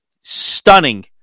stunning